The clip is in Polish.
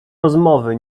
rozmowy